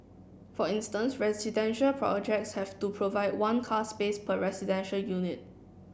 for instance residential projects have to provide one car space per residential unit